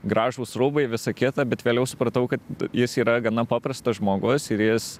gražūs rūbai visa kita bet vėliau supratau kad jis yra gana paprastas žmogus jis